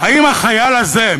האם החייל הזה,